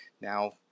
Now